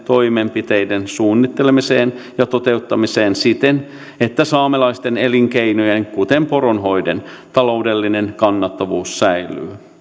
toimenpiteiden suunnittelemiseen ja toteuttamiseen siten että saamelaisten elinkeinojen kuten poronhoidon taloudellinen kannattavuus säilyy